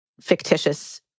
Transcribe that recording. fictitious